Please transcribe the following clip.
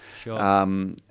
Sure